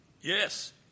Yes